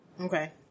Okay